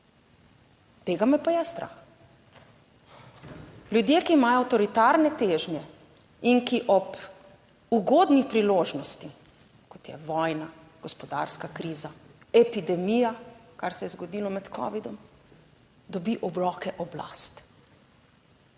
Tega me pa je strah, ljudje, ki imajo avtoritarne težnje in ki ob ugodni priložnosti kot je vojna, gospodarska kriza, epidemija, kar se je zgodilo med covidom, dobi v roke oblast.